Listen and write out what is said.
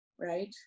right